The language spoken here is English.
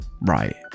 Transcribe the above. right